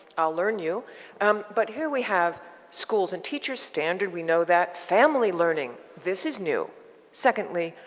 i'll learn you um but here we have schools and teachers standard we know that family learning this is new secondly,